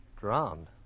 Drowned